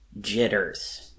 jitters